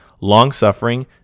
long-suffering